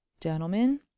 gentlemen